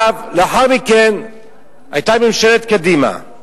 לאחר מכן היתה ממשלת קדימה,